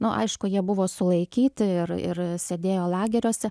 nu aišku jie buvo sulaikyti ir ir sėdėjo lageriuose